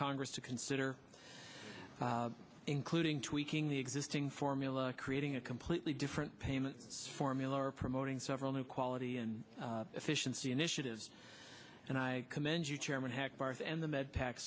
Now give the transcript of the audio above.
congress to consider including tweaking the existing formula creating a completely different payment formular promoting several new quality and efficiency initiatives and i commend you chairman hackbarth and the med pac